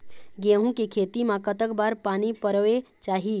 गेहूं के खेती मा कतक बार पानी परोए चाही?